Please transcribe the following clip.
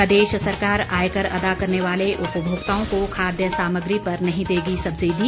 प्रदेश सरकार आयकर अदा करने वाले उपभोक्ताओं को खाद्य सामग्री पर नहीं देगी सब्सिडी